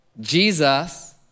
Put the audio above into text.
Jesus